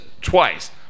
twice